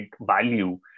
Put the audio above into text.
value